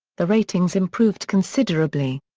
the ratings improved considerably.